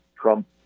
Trump